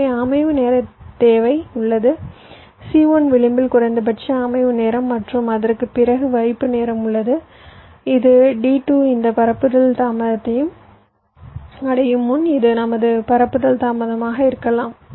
எனவே அமைக்கும் நேரத் தேவை உள்ளது c1 விளிம்பில் குறைந்தபட்ச அமைவு நேரம் மற்றும் அதற்குப் பிறகு வைப்பு நேரம் உள்ளது இது D2 இந்த பரப்புதல் தாமதத்தை அடையும் முன் இது நமது பரப்புதல் தாமதமாக இருக்கலாம்